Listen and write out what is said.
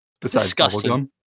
disgusting